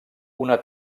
una